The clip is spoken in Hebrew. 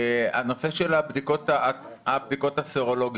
הנושא של הבדיקות הסרולוגיות.